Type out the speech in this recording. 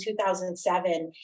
2007